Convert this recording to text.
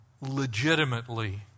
legitimately